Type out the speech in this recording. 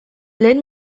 lehen